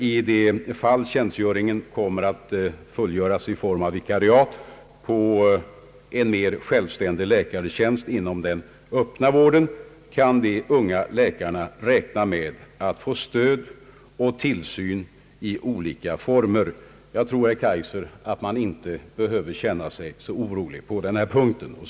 I de fall tjänstgöringen genomförs i form av vikariat på en mer självständig läkartjänst inom den öppna vården, kan de unga läkarna räkna med att få stöd och tillsyn i olika former. Jag tror, herr Kaijser, att man inte behöver känna sig så orolig på den här punkten.